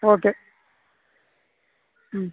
okay ம்